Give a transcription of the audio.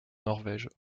norvège